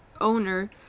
owner